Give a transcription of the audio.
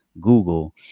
Google